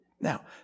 Now